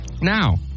Now